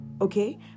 okay